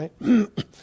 right